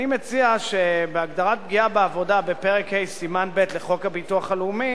אני מציע שבהגדרת פגיעה בעבודה בפרק ה' סימן ב' לחוק הביטוח הלאומי,